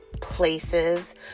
places